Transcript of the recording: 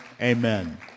amen